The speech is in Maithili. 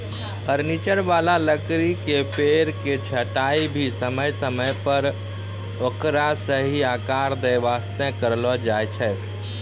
फर्नीचर वाला लकड़ी के पेड़ के छंटाई भी समय समय पर ओकरा सही आकार दै वास्तॅ करलो जाय छै